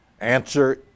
Answer